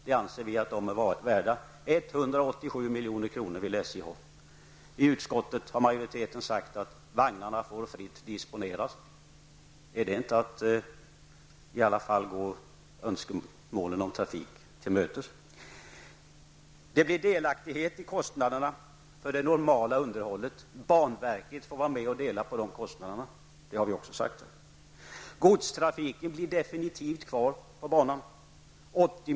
Det anser vi att de är värda. SJ vill således ha 187 milj.kr. I utskottet har majoriteten sagt att vagnarna får disponeras fritt. Är inte detta att gå önskemålen om trafik till mötes? Det blir delaktighet i kostnaderna för det normala underhållet. Banverket får vara med och dela på de kostnaderna. Det har vi också sagt.